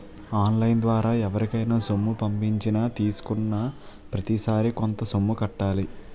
on line ద్వారా ఎవరికైనా సొమ్ము పంపించినా తీసుకున్నాప్రతిసారి కొంత సొమ్ము కట్టాలి